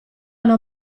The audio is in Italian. una